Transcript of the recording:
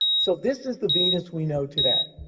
so, this is the venus we know today.